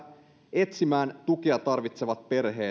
etsimään tukea tarvitsevat perheet emme